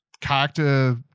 character